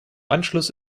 anschluss